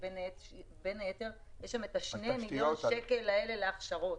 בין היתר על שני מיליון שקל להכשרות.